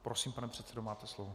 Prosím pane předsedo, máte slovo.